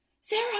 Sarah